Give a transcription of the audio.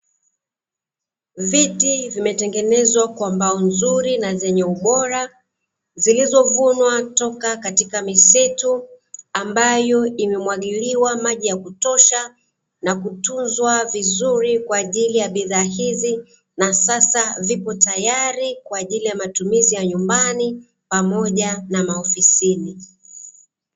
Viti vimetengenezwa kwa mbao nzuri na zenye ubora zilizovunwa toka katika misitu ambayo imemwagiliwa maji ya kutosha na kutunzwa vizuri kwa ajili ya bidhaa hizi, na sasa vipo tayari kwa ajili ya matumizi ya nyumbani pamoja na maofisini.